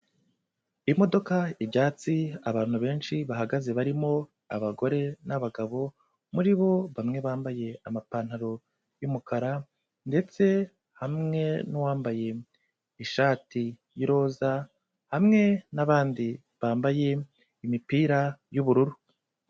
Imodoka, ibyatsi, abantu benshi bahagaze barimo abagore n'abagabo, muri bo bamwe bambaye amapantaro y'umukara ndetse hamwe n'uwambaye ishati y'iroza hamwe n'abandi bambaye imipira y'ubururu.